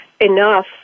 enough